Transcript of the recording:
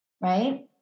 Right